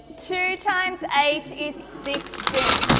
two times eight is sixteen.